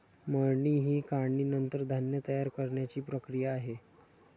मळणी ही काढणीनंतर धान्य तयार करण्याची प्रक्रिया आहे